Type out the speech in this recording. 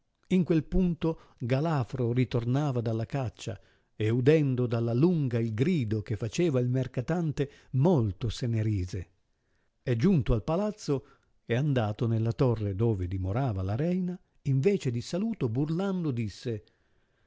in quel punto galafro ritornava dalla caccia e udendo dalla lunga il grido che faceva il mercatante molto se ne rise e giunto al palazzo e andato nella torre dove dimorava la reina invece di saluto burlando disse